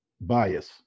bias